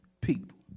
people